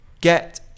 get